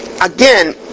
again